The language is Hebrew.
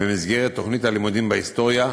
במסגרת תוכנית הלימודים בהיסטוריה,